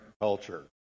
culture